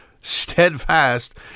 steadfast